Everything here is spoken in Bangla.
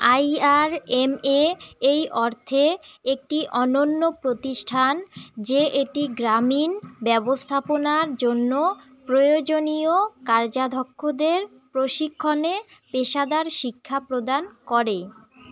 আই আর এম এ এ অর্থে একটি অনন্য প্রতিষ্ঠান যে এটি গ্রামীণ ব্যবস্থাপনার জন্য প্রয়োজনীয় কার্যধক্ষদের প্রশিক্ষণে পেশাদার শিক্ষা প্রদান করে